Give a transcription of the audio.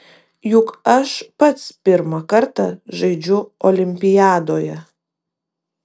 juk aš pats pirmą kartą žaidžiu olimpiadoje